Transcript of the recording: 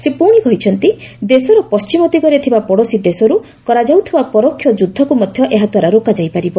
ସେ ପୁଶି କହିଛନ୍ତି ଦେଶର ପଶ୍ଚିମ ଦିଗରେ ଥିବା ପଡ଼ୋଶୀ ଦେଶୀରୁ କରାଯାଉଥିବା ପରୋକ୍ଷ ଯୁଦ୍ଧକୁ ମଧ୍ୟ ଏହା ଦ୍ୱାରା ରୋକାଯାଇ ପାରିବ